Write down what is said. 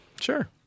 Sure